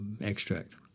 extract